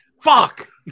Fuck